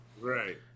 Right